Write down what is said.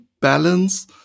balance